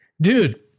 dude